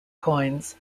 coins